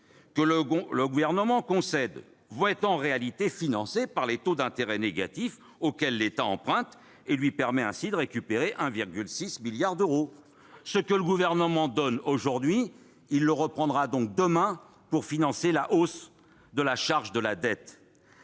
que le Gouvernement concède seront en réalité financées grâce aux taux d'intérêt négatifs auxquels l'État emprunte, qui lui permettent de récupérer 1,6 milliard d'euros. Ce que le Gouvernement donne aujourd'hui, il le reprendra donc demain pour financer la hausse de la charge de la dette.